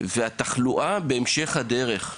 ושל תחלואה בהמשך הדרך.